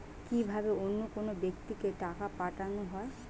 কি ভাবে অন্য কোনো ব্যাক্তিকে টাকা পাঠানো হয়?